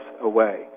away